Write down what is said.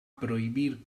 prohibir